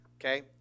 Okay